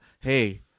Hey